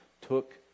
took